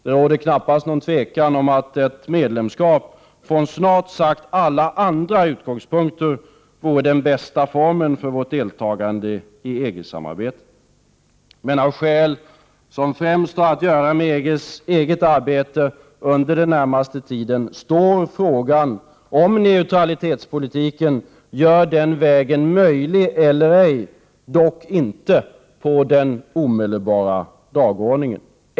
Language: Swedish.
Det råder knappast något tvivel om att ett svenskt medlemskap från snart sagt alla andra utgångspunkter vore den bästa formen för vårt deltagande i EG-samarbetet. Men av skäl som främst har att göra med EG:s eget arbete under den närmaste tiden finns frågan om neutralitetspolitiken gör den vägen möjlig eller ej dock inte på den omedelbara dagordningen.